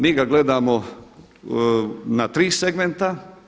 Mi ga gledamo na tri segmenta.